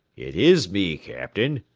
it is me, captain,